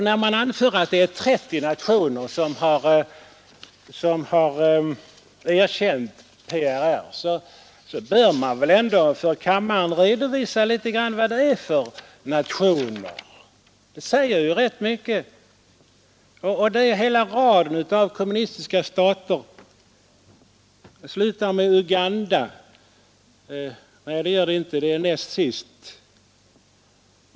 När man anför att ett 30-tal nationer har erkänt PRR, bör man väl ändå för kammaren redovisa vilka nationer det är. Det säger ju rätt mycket. Det är hela raden av kommunistiska stater. Uganda kommer näst sist.